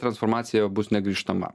transformacija bus negrįžtama